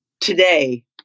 today